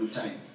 time